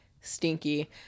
stinky